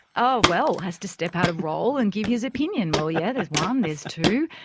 oh well, has to step out of role and give his opinion. well, yeah there's one. um there's two.